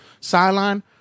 sideline